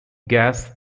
gas